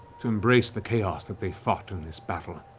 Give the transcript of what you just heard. to embrace the chaos that they fought in this battle,